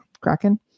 Kraken